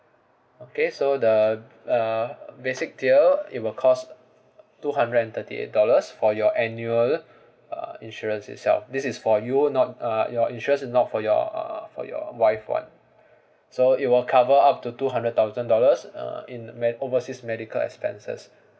okay so the uh basic tier it will cost two hundred and thirty eight dollars for your annual uh insurance itself this is for you not uh your insurance is not for your uh for your wife one so it will cover up to two hundred thousand dollars uh in me~ overseas medical expenses